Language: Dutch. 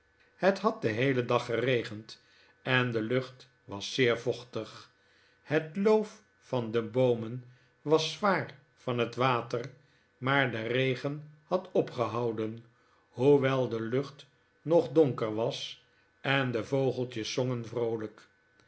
het had den heelen dag geregend en de lucht was zeer vochtig het loof van de boomen was zwaar van het water maar de regen had opgehouden hoewel de lucht nog donker was en de vogeltjes zongen vroolijk